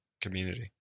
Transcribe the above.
community